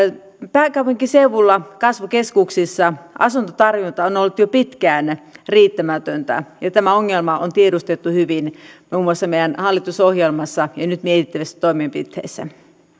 pääkaupunkiseudulla kasvukeskuksissa asuntotarjonta on on ollut jo pitkään riittämätöntä tämä ongelma on tiedostettu hyvin muun muassa meidän hallitusohjelmassamme ja nyt mietittävissä toimenpiteissä